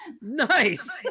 Nice